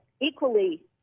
equally